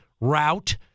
route